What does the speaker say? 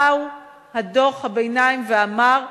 בא דוח הביניים ואמר: